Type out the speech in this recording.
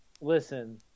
listen